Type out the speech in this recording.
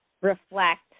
reflect